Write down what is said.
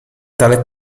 tale